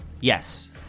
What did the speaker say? Yes